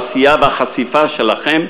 העשייה והחשיפה שלכם,